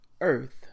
earth